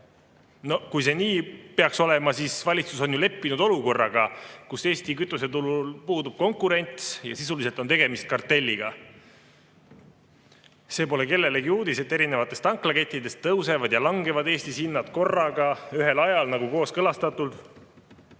No kui see nii peaks olema, siis valitsus on leppinud olukorraga, kus Eesti kütuseturul puudub konkurents ja sisuliselt on tegemist kartelliga. See pole kellelegi uudis, et eri tanklakettides tõusevad ja langevad Eestis hinnad korraga ühel ajal nagu kooskõlastatult.